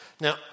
Now